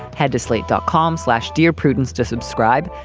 head to slate dot com, slash dear prudence to subscribe.